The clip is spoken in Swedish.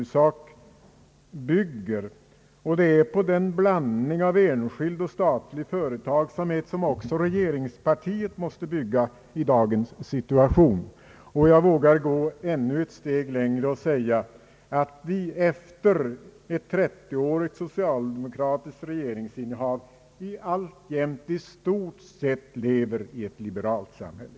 Det är på en blandning av enskild och statlig företagsamhet som också regeringspartiet måste bygga i dagens situation. Jag vågar gå ännu ett steg längre och säga att vi efter ett trettioårigt socialdemokratiskt innehav av regeringsmakten alltjämt i stort sett lever i ett liberalt samhälle.